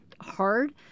hard